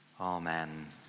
amen